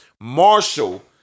Marshall